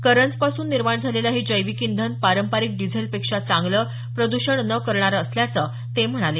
करंजपासून निर्माण झालेलं हे जैविक इंधन पारपरिक डिझेलपेक्षा चांगलं प्रद्षण न करणारं असल्याचं ते म्हणाले